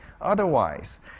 otherwise